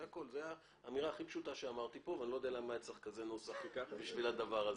אני לא יודע למה היה צריך כזה נוסח בשביל הדבר הזה.